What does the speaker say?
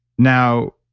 now,